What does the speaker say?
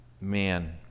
man